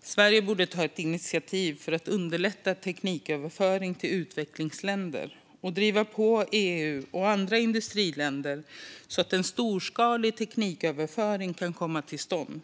Sverige borde ta initiativ för att underlätta tekniköverföring till utvecklingsländer och driva på EU och andra industriländer så att en storskalig tekniköverföring kan komma till stånd.